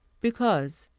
because,